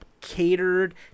catered